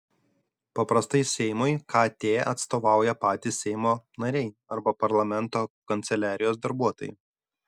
paprastai seimui kt atstovauja patys seimo nariai arba parlamento kanceliarijos darbuotojai